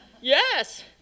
Yes